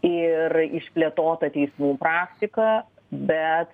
ir išplėtotą teismų praktiką bet